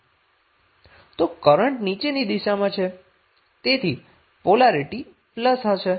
ક તો કરન્ટ નીચેની દિશામાં છે તેથી પોલારીટી પ્લસ થશે